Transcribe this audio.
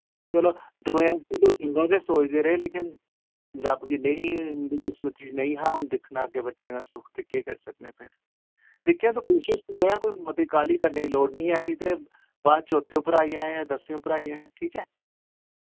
चलो दुएं आस्तै ते चंगा गै सोचदे रेह् लेकिन रब्ब कि नेईं किस्मत च नेईं हा हुन दिक्खना अग्गे बच्चें दा सुख ते केह् करी सकने फिर दिक्खेआं तू कोशिश करेयां कोई मति कालि करने दी लोड़ नेईं ऐ निं ते बाद चौथे उप्पर आई जायां दसमें उप्पर आई जायां ठीक ऐ